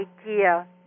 idea